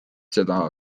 seda